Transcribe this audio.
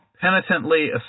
penitently